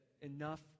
enough